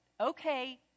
okay